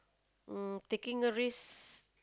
um taking a risk